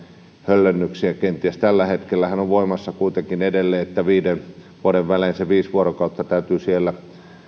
höllennyksiä kenties tällä hetkellähän on voimassa kuitenkin edelleen että viiden vuoden välein se viisi vuorokautta täytyy siellä